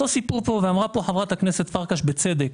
אותו סיפור כאן ואמרה חברת הכנסת אורית פרקש הכהן בצדק.